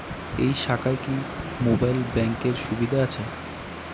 এই শাখায় কি মোবাইল ব্যাঙ্কের সুবিধা আছে?